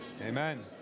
Amen